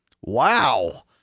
Wow